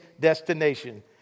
destination